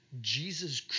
Jesus